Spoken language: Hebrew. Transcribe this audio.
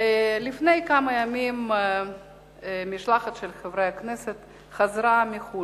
לפני כמה ימים חזרה משלחת של חברי הכנסת מחוץ-לארץ.